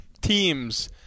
teams